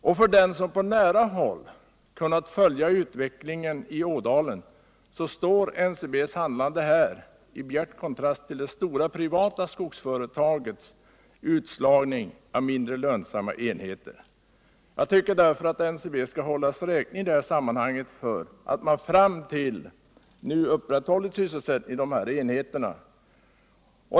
Och för den som på nära håll kunnat följa utvecklingen i Ådalen står NCB:s . handlande här i bjärt kontrast till det stora privata skogsföretagets utslagning av mindre lönsamma enheter. Jag tycker därför att NCB i sammanhanget skall hållas räkning för att man fram till nu upprätthållit sysselsättningen i dessa enheter.